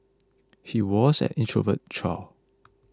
he was an introverted child